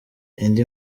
indi